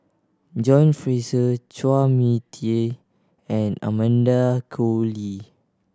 John Fraser Chua Mia Tee and Amanda Koe Lee